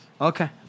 Okay